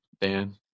Dan